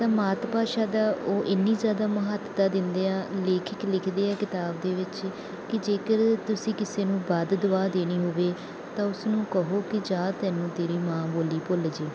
ਤਾਂ ਮਾਤ ਭਾਸ਼ਾ ਦਾ ਉਹ ਇੰਨੀ ਜ਼ਿਆਦਾ ਮਹੱਤਤਾ ਦਿੰਦੇ ਆ ਲੇਖਕ ਲਿਖਦੇ ਆ ਕਿਤਾਬ ਦੇ ਵਿੱਚ ਕਿ ਜੇਕਰ ਤੁਸੀਂ ਕਿਸੇ ਨੂੰ ਬਦਦੁਆ ਦੇਣੀ ਹੋਵੇ ਤਾਂ ਉਸ ਨੂੰ ਕਹੋ ਕਿ ਜਾਹ ਤੈਨੂੰ ਤੇਰੀ ਮਾਂ ਬੋਲੀ ਭੁੱਲ ਜਾਵੇ